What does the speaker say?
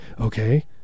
Okay